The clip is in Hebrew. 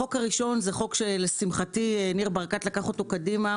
החוק הראשון הוא חוק שלשמחתי ניר ברקת לקח קדימה.